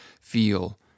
Feel